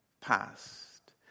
past